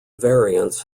variants